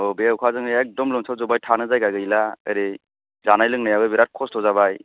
औ बे अखाजों एखदम लोमसावजोबबाय थानो जायगा गैला ओरै जानाय लोंनायाबो बिराथ खस्थ' जाबाय